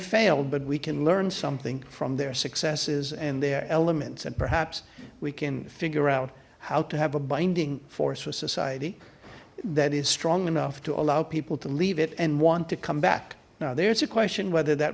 failed but we can learn something from their successes and their elements and perhaps we can figure out how to have a binding force for society that is strong enough to allow people to leave it and want to come back now there's a question whether that